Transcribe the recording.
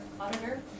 auditor